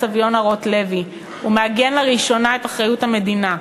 סביונה רוטלוי ומעגן לראשונה את אחריות המדינה.